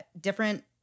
different